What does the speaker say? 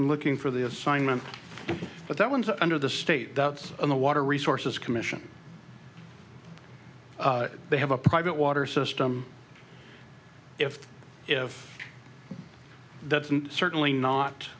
looking for the assignment but that one's under the state that's in the water resources commission they have a private water system if if that's and certainly not